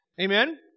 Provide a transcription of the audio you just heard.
Amen